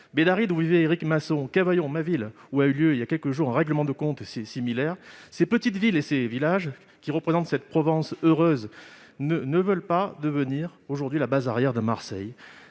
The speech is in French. Bédarrides, où vivait Éric Masson, Cavaillon, ma ville, où a eu lieu il y a quelques jours un règlement de compte similaire, les petites villes et les villages qui représentent une Provence heureuse ne veulent pas devenir la base arrière de Marseille.